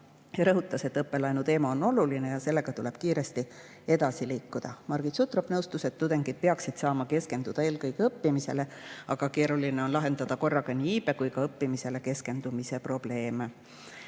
rõhutas, et õppelaenu teema on oluline ja sellega tuleb kiiresti edasi liikuda. Margit Sutrop nõustus, et tudengid peaksid saama keskenduda eelkõige õppimisele, aga [ütles, et] keeruline on lahendada korraga nii iibe- kui ka õppimisele keskendumise probleeme.